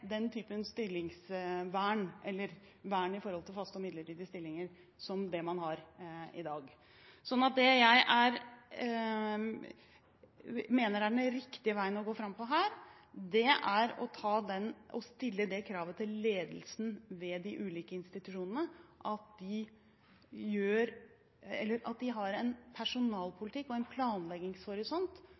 den typen stillingsvern, eller vern i forhold til midlertidige og faste stillinger, som man har i dag. Jeg mener den riktige veien å gå fram på, er å stille krav til ledelsen ved de ulike institusjonene om at de har en personalpolitikk og en planleggingshorisont